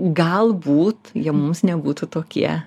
galbūt jie mums nebūtų tokie